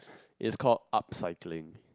is called art cycling